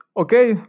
okay